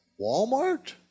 Walmart